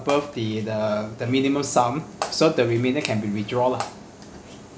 above the uh the minimum sum so the remainder can be withdraw lah